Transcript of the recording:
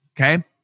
okay